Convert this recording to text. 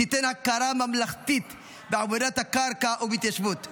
תיתן הכרה ממלכתית בעבודת הקרקע ובהתיישבות,